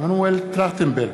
מנואל טרכטנברג,